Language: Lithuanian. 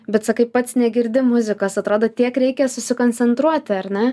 bet sakai pats negirdi muzikos atrodo tiek reikia susikoncentruoti ar ne